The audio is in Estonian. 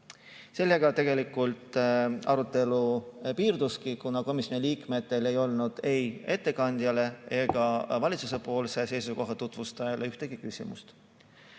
Sellega arutelu piirduski, kuna komisjoni liikmetel ei olnud ei ettekandjale ega valitsuse seisukoha tutvustajale ühtegi küsimust.